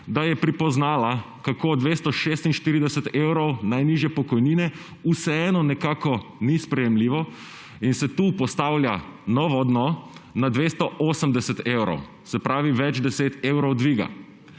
da je pripoznala, kako 246 evrov najnižje pokojnine vseeno nekako ni sprejemljivo; in se tu postavlja novo dno na 280 evrov, se pravi več deset evrov dviga.